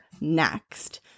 next